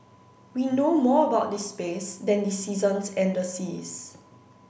we know more about the space than the seasons and the seas